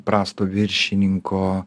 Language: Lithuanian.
prasto viršininko